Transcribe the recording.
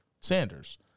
sanders